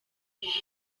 nyubako